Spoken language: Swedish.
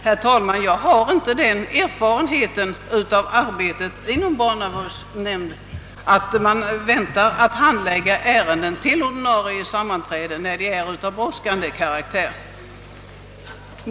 Jag har, herr talman, inte den erfarenheten av arbetet i en barnavårdsnämnd att man väntar med att handlägga ärenden till ordinarie sammanträde, när de är av brådskande karaktär.